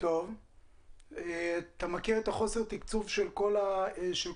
אתה מכיר את חוסר התקצוב של כל הבעיות